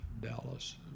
Dallas